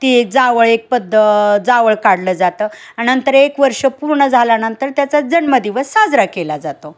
ती एक जावळ एक पद्द जावळ काढलं जातं आणि नंतर एक वर्ष पूर्ण झाल्यानंतर त्याचा जन्मदिवस साजरा केला जातो